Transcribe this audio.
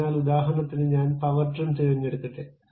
അതിനാൽ ഉദാഹരണത്തിന് ഞാൻ പവർ ട്രിം തിരഞ്ഞെടുക്കട്ടെ